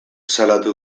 salatu